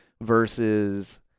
versus